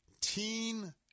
teen